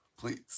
Please